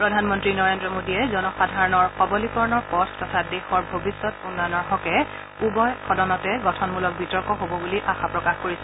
প্ৰধান মন্ত্ৰী নৰেদ্ৰ মোদীয়ে জনসাধাৰণৰ সবলীকৰণৰ পথ তথা দেশৰ ভৱিষ্যৎ উন্নয়নৰ হকে উভয় সদনতে গঠনমূলক বিতৰ্ক হব বুলি আশা প্ৰকাশ কৰিছে